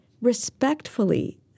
respectfully